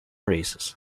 races